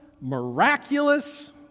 miraculous